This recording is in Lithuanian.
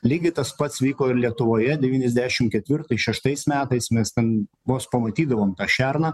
lygiai tas pats vyko ir lietuvoje devyniasdešim ketvirtais šeštais metais mes ten vos pamatydavom šerną